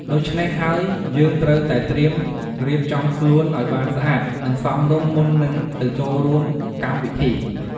ដូច្នេះហើយយើងត្រូវតែត្រៀមរៀបចំខ្លួនអោយបានស្អាតនិងសមរម្យមុននិងទៅចូលរួមកម្មវិធី។